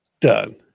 Done